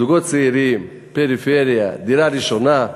זוגות צעירים, פריפריה, דירה ראשונה,